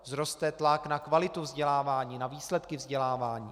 Vzroste tlak na kvalitu vzdělávání, na výsledky vzdělávání.